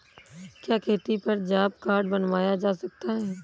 क्या खेती पर जॉब कार्ड बनवाया जा सकता है?